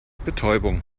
betäubung